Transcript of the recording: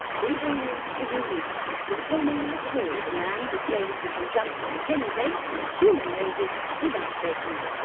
we bring you the unique mr tony mccabe, a man who claims he can jump on hen's eggs and human noses without breaking them.